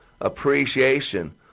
appreciation